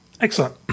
Excellent